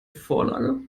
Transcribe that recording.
vorlage